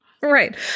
Right